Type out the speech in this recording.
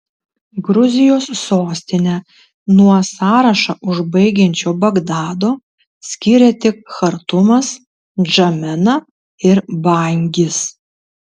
gruzijos sostinę nuo sąrašą užbaigiančio bagdado skiria tik chartumas ndžamena ir bangis